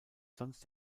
sonst